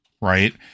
right